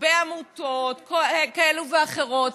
בעמותות כאלה ואחרות,